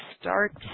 start